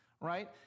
right